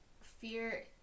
fear